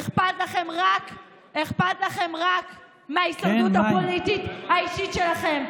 אכפת לכם רק מההישרדות הפוליטית האישית שלכם.